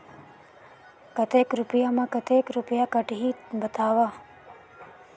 कतेक रुपिया मे कतेक रुपिया कटही बताव?